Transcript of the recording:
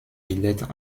bildet